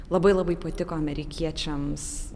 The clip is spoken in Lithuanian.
labai labai patiko amerikiečiams